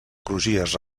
crugies